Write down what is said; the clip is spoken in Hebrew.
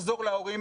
לחזור להורים,